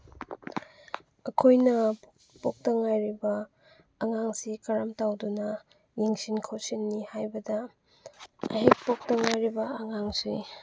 ꯑꯩꯈꯣꯏꯅ ꯄꯣꯛꯇ ꯉꯥꯏꯔꯤꯕ ꯑꯉꯥꯡꯁꯤ ꯀꯔꯝ ꯇꯧꯗꯨꯅ ꯌꯦꯡꯁꯤꯟ ꯈꯣꯠꯆꯤꯟꯅꯤ ꯍꯥꯏꯕꯗ ꯍꯦꯛ ꯄꯣꯛꯇ ꯉꯥꯏꯔꯤꯕ ꯑꯉꯥꯡꯁꯤ